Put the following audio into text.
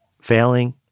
failing